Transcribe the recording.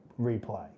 replay